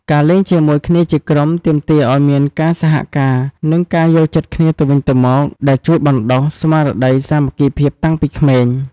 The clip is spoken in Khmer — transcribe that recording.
ការលេងជាមួយគ្នាជាក្រុម ទាមទារឱ្យមានការសហការ និងការយល់ចិត្តគ្នាទៅវិញទៅមក ដែលជួយបណ្ដុះស្មារតីសាមគ្គីភាពតាំងពីក្មេង។